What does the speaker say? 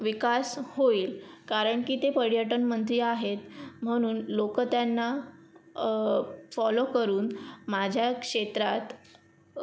विकास होईल कारण की ते पर्यटनमंत्री आहेत म्हणून लोक त्यांना फॉलो करून माझ्या क्षेत्रात